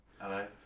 Hello